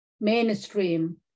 mainstream